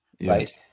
Right